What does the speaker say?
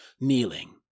kneeling